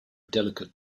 delicate